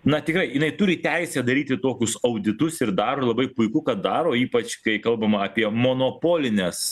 na tikrai jinai turi teisę daryti tokius auditus ir daro labai puiku kad daro ypač kai kalbama apie monopolines